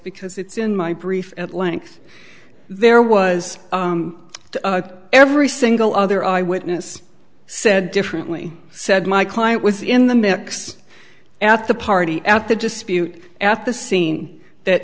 because it's in my brief at length there was every single other eyewitness said differently said my client was in the mix at the party at the dispute at the scene that